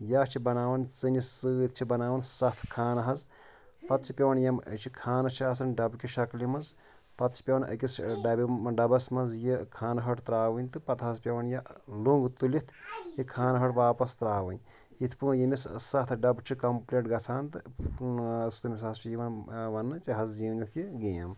یا چھِ بَناوان ژٕنہِ سۭتۍ چھِ بَناوان سَتھ خانہٕ حظ پَتہٕ چھِ پیٚوان یِم یہِ چھِ خانہٕ چھِ آسان ڈَبہٕ کہِ شَکلہِ منٛز پَتہٕ چھِ پیٚوان أکِس ڈَبہِ ڈَبَس منٛز یہِ خانہٕ ہٹۍ ترٛاوٕنۍ تہٕ پَتہٕ حظ پیٚوان یہِ لوٚنٛگ تُلِتھ یہِ خانہٕ ہٹۍ واپَس ترٛاوٕنۍ یِتھ پٲٹھۍ یٔمِس سَتھ ڈَبہٕ چھِ کَمپٕلیٖٹ گژھان تہٕ ٲں تٔمِس حظ چھِ یِوان ٲں وَننہٕ ژےٚ حظ زیٖنِتھ یہِ گیم